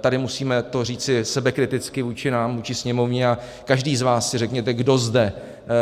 Tady to musíme říct sebekriticky vůči nám, vůči Sněmovně, a každý z vás si řekněte, kdo zde